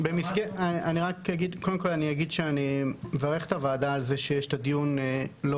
אני מברך את הוועדה על זה שיש דיון לא